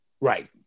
Right